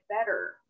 better